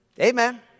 Amen